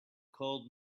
called